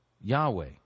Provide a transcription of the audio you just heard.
Yahweh